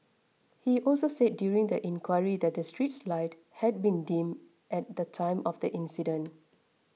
he also said during the inquiry that the street lights had been dim at the time of the incident